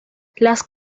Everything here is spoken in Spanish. las